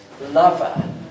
lover